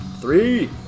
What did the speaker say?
Three